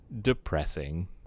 depressing